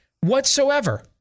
whatsoever